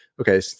Okay